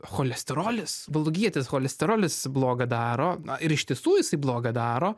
cholesterolis blogietis cholesterolis blogą daro na ir iš tiesų jisai blogą daro